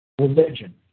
religion